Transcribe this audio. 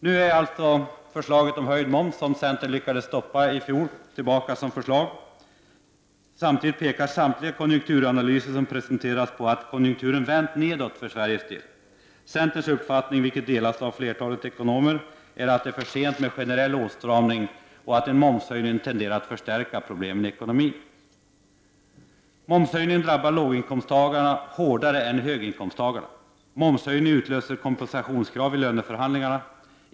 Nu har förslaget om höjning av momsen, som centern lyckades stoppa i fjol, åter lagts fram. Samtidigt pekar samtliga konjunkturanalyser som presenterats på att konjunkturen har vänt nedåt för Sveriges del. Centerns uppfattning, vilken delas av flertalet ekonomer, är att det är för sent med en generell åtstramning och att en momshöjning tenderar att förstärka problemen i ekonomin. Momshöjningen drabbar låginkomsttagare hårdare än höginkomsttagare. Momshöjningen utlöser kompensationskrav i löneförhandlingarna.